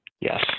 yes